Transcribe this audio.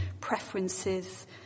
preferences